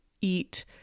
eat